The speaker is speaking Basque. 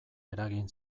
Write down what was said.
eragin